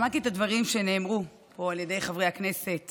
שמעתי את הדברים שנאמרו פה על ידי חברי הכנסת